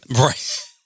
Right